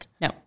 No